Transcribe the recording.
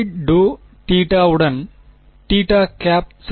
∂G ∂θ உடன் சரி